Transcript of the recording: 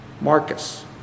Marcus